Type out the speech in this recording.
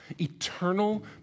eternal